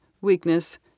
weakness